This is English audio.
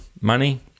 money